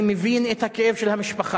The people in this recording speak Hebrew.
אני מבין את הכאב של המשפחה.